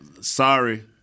Sorry